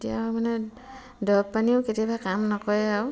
তেতিয়া মানে দৰৱ পানীও কেতিয়াবা কাম নকৰে আৰু